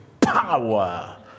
Power